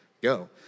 go